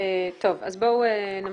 אז בואו נמשיך.